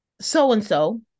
so-and-so